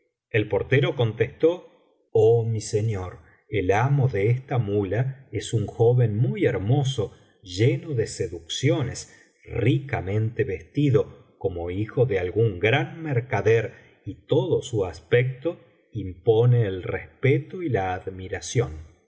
el portero contestó oh mi señor el amo de esta muía es un joven muy hermoso lleno de seducciones ricamente vestido como hijo de algún gran mercader y todo su aspecto impone el respeto y la admiración